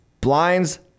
Blinds